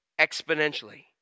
exponentially